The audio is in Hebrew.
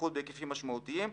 בייחוד בהיקפים משמעותיים,